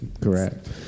Correct